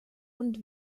und